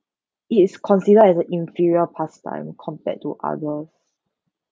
it is considered as a inferior pastime compared to others